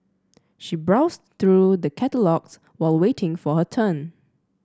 she browsed through the catalogues while waiting for her turn